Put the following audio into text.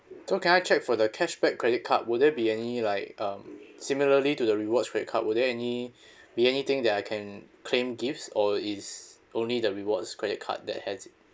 so can I check for the cashback credit card will there be any like um similarly to the rewards credit card will there any be anything that I can claim gifts or is only the rewards credit card that has it